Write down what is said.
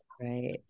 Right